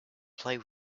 play